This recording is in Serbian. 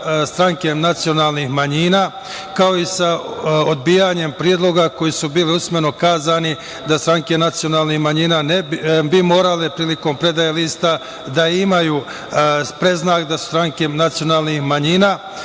stranke nacionalnih manjina, kao i sa odbijanjem predloga koji su bili usmeno kazani da stranke nacionalnih manjina bi morale prilikom predaje lista da imaju predznak da su stranke nacionalnih manjina